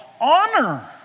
honor